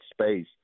space